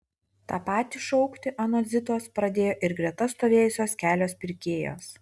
tą patį šaukti anot zitos pradėjo ir greta stovėjusios kelios pirkėjos